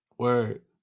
word